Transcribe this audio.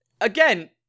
Again